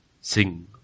sing